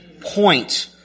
point